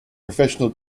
professional